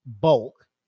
bulk